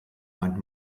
meint